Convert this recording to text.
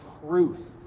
truth